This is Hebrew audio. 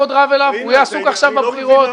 הוא יהיה עסוק עכשיו בבחירות.